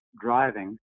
driving